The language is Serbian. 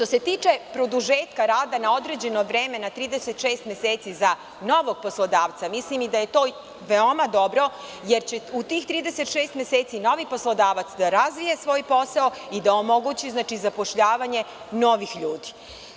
Što se tiče produžetka rada na određeno vreme na 36 meseci za novog poslodavca, mislim i da je to veoma dobro, jer će u tih 36 meseci novi poslodavac da razvije svoj posao i da omogući zapošljavanje novih ljudi.